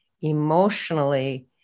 emotionally